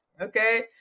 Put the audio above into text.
Okay